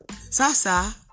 Sasa